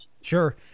sure